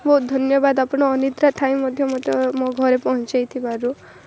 ବହୁତ ଧନ୍ୟବାଦ ଆପଣ ଅନିଦ୍ରା ଥାଇ ମଧ୍ୟ ମୋତେ ମୋ ଘରେ ପହଞ୍ଚାଇ ଥିବାରୁ